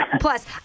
plus